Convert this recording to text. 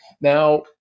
Now